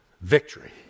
victory